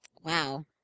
Wow